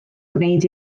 gwneud